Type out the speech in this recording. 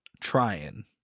Trying